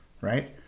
Right